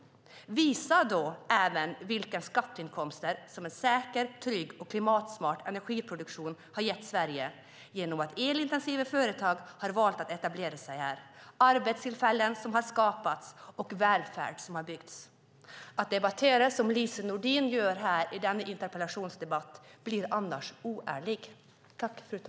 Visa då även vilka skatteinkomster som en säker, trygg och klimatsmart energiproduktion har gett Sverige genom att elintensiva företag har valt att etablera sig här! Det handlar om arbetstillfällen som har skapats och välfärd som har byggts. Att debattera som Lise Nordin gör i denna interpellationsdebatt blir annars oärligt.